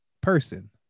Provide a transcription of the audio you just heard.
person